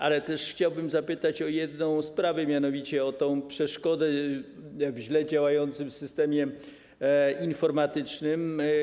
Ale chciałbym zapytać o jedną sprawę, mianowicie o przeszkodę w źle działającym systemie informatycznym.